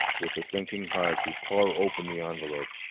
with a sinking heart he tore open the envelope.